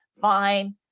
fine